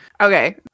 okay